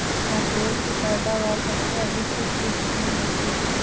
मसूर की पैदावार सबसे अधिक किस किश्त में होती है?